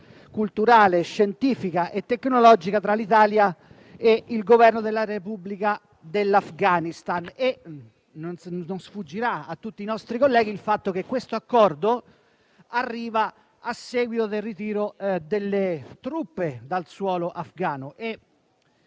culturale, scientifica e tecnologica tra l'Italia e il Governo della Repubblica dell'Afghanistan. Non sfuggirà ai nostri colleghi il fatto che questo Accordo arriva a seguito del ritiro delle truppe dal suolo afgano.